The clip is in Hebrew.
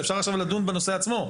אפשר עכשיו לדון בנושא עצמו,